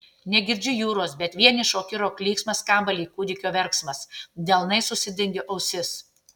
negirdžiu jūros bet vienišo kiro klyksmas skamba lyg kūdikio verksmas delnais užsidengiu ausis